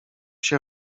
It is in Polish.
się